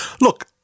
Look